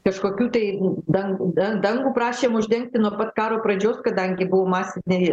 kažkokių tai dan dangų prašėm uždengti nuo pat karo pradžios kadangi buvo masiniai